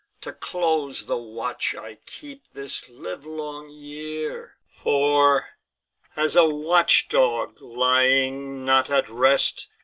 to close the watch i keep, this livelong year for as a watch-dog lying, not at rest,